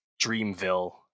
dreamville